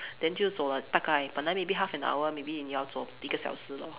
then 就走了大概本来 maybe half an hour maybe 你要走一个小时 lor